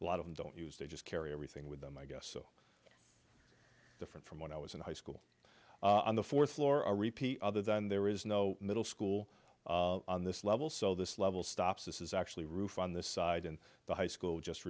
a lot of them don't use they just carry everything with them i guess so different from when i was in high school on the fourth floor a repeat other than there is no middle school on this level so this level stops this is actually roof on this side and the high school just